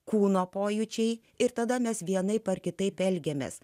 kūno pojūčiai ir tada mes vienaip ar kitaip elgiamės